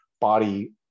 body